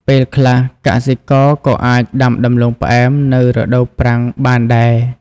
ពេលខ្លះកសិករក៏អាចដាំដំឡូងផ្អែមនៅរដូវប្រាំងបានដែរ។